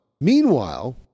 Meanwhile